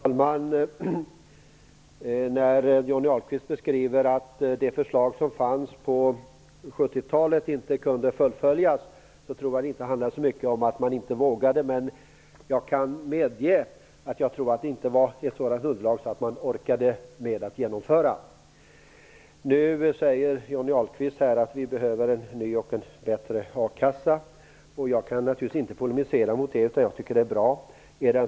Fru talman! Johnny Ahlqvist säger att det förslag som fanns på 70-talet inte kunde fullföljas. Jag tror inte att det handlade så mycket om att man inte vågade, men jag kan medge att jag tror att underlaget inte var sådant att man orkade med att genomföra förslaget. Nu säger Johnny Ahlqvist att vi behöver en ny och bättre a-kassa. Jag kan naturligtvis inte polemisera mot detta utan tycker att det är bra.